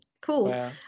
Cool